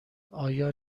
آیا